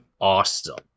awesome